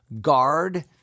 guard